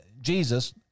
Jesus